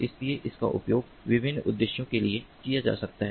इसलिए उनका उपयोग विभिन्न उद्देश्यों के लिए किया जा सकता है